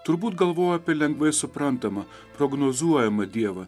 turbūt galvoja apie lengvai suprantamą prognozuojamą dievą